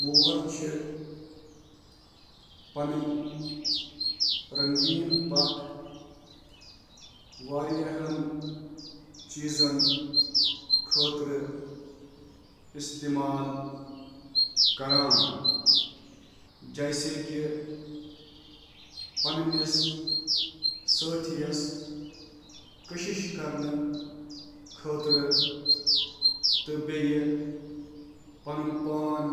مور چھِ پنٕنۍ رنٛگیٖن پَکھ مُختٔلِف مقصدَو خٲطرٕ استعمال کران، یِمَن منٛز شٲمِل چھِ: سٲتھین رٲغب کرُن، شِکارین خوفزدہ کرُن، باقین